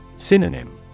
Synonym